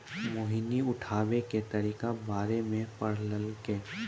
मोहिनी उठाबै के तरीका बारे मे पढ़लकै